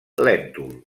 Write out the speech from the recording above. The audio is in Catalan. lèntul